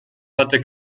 hatte